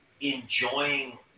enjoying